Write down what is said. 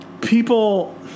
people